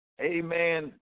amen